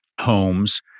homes